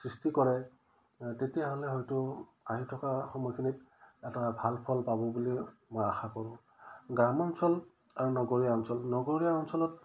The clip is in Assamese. সৃষ্টি কৰে তেতিয়াহ'লে হয়তো আহি থকা সময়খিনিত এটা ভাল ফল পাব বুলি মই আশা কৰোঁ গ্ৰাম্য অঞ্চল আৰু নগৰীয়া অঞ্চল নগৰীয়া অঞ্চলত